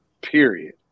Period